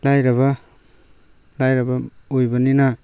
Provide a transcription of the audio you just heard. ꯂꯥꯏꯔꯕ ꯂꯥꯏꯔꯕ ꯑꯣꯏꯕꯅꯤꯅ